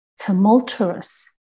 tumultuous